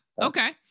okay